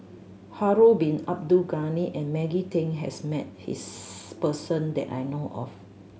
Harun Bin Abdul Ghani and Maggie Teng has met this person that I know of